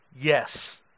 Yes